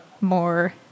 more